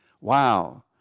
Wow